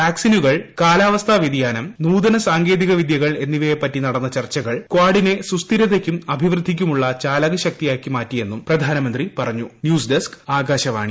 വാക്സിനുകൾ കാലാവസ്ഥാ വൃതിയാനം നൂതന സാങ്കേതിക വിദ്യകൾ എന്നിവയെപ്പറ്റി നടന്ന ചർച്ചകൾ കാഡിനെ സുസ്ഥിരതയ്ക്കും അഭിവൃദ്ധിക്കുമുള്ള ചാലകശക്തിയാക്കി മാറ്റിയെന്നും പ്രധാനമന്ത്രി പറഞ്ഞു ന്യൂസ് ഡെസ്ക് ആകാശവാണി